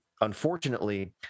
unfortunately